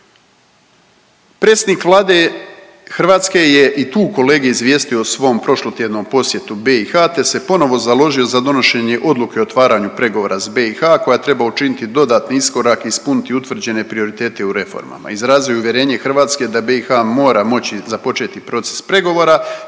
Predsjednik Vlade je, Hrvatske je i tu kolege izvijestio o svom prošlotjednom posjetu BiH te se ponovo založio za donošenje odluke o otvaranju pregovora s BiH koja treba učiniti dodatni iskorak i ispuniti utvrđene prioritet u reformama. Izrazio je uvjerenje Hrvatske da BiH mora moći započeti proces pregovora